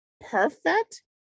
perfect